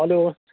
hello